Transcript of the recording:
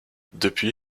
depuis